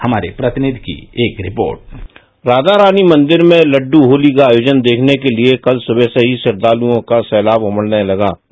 हमारे प्रतिनिधि की एक रिपोर्ट राघारानी मंदिर में लड़ होती का आयोजन देखने के लिए कल सुबह से ही श्रद्वालुओं का सैलाब उमड़ने लग गया